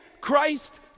Christ